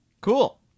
Cool